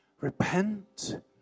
Repent